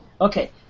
Okay